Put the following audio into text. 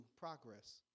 progress